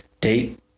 date